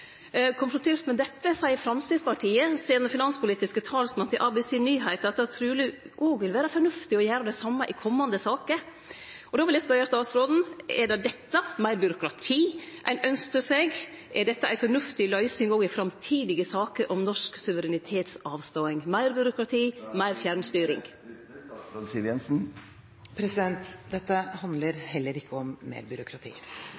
Konfrontert med dette seier Framstegspartiets finanspolitiske talsmann til ABC Nyheter at det truleg også vil vere fornuftig å gjere det same i komande saker. Då vil eg spørje statsråden: Er det dette, meir byråkrati, ein ønskte seg? Er dette ei fornuftig løysing også i framtidige saker om norsk suverenitetsavståing – meir byråkrati, meir fjernstyring? Dette handler heller ikke om mer byråkrati.